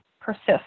persist